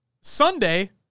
Sunday